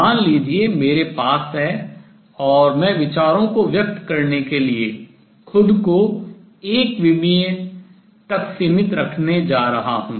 मान लीजिए मेरे पास है और मैं विचारों को व्यक्त करने के लिए खुद को एक विमीय तक सीमित रखने जा रहा हूँ